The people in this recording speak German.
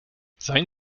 seien